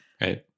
right